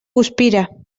guspira